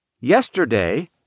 Yesterday